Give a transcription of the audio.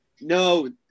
No